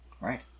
right